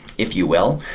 if you will.